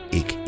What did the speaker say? ik